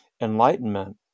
enlightenment